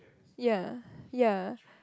ya ya